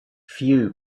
few